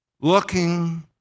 looking